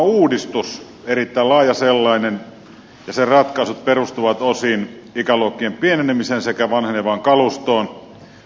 puolustusvoimauudistus erittäin laaja sellainen ja sen ratkaisut perustuvat osin ikäluokkien pienenemiseen sekä vanhenevaan kalustoon